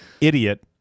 idiot